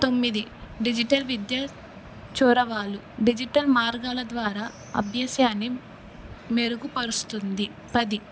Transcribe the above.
తొమ్మిది డిజిటల్ విద్యా చొరవలు డిజిటల్ మార్గాల ద్వారా అభ్యాసాన్ని మెరుగుపరుస్తుంది పది